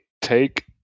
take